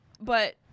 but-